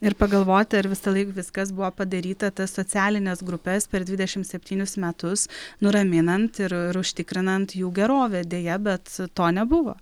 ir pagalvoti ar visąlaik viskas buvo padaryta tas socialines grupes per dvidešimt septynis metus nuraminant ir užtikrinant jų gerovę deja bet to nebuvo